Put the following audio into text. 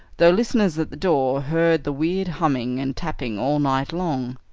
though listeners at the door heard the weird humming and tapping all night long.